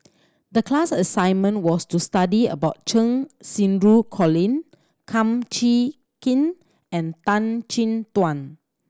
the class assignment was to study about Cheng Xinru Colin Kum Chee Kin and Tan Chin Tuan